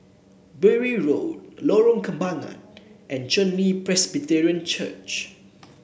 Bury Road Lorong Kembagan and Chen Li Presbyterian Church